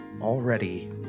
already